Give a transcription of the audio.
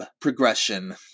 progression